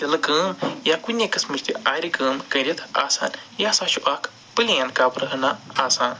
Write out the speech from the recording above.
تِلہٕ کٲم یا کُنی قٕسمٕچ تہِ آرِ کٲم کٔرِتھ آسان یہِ ہسا چھُ اکھ پٕلین کَپرٕ ہٕنا آسان